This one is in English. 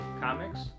Comics